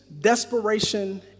desperation